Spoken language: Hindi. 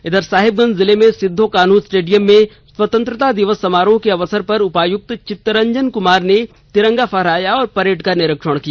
इधर साहिबगंज जिर्ल में सिदो कान्दू स्टेडियम में स्वतंत्रता दिवस समारोह के अवसर पर उपायुक्त चितरंजन कुमार ने तिरंगा फहराया और परेड का निरीक्षण किया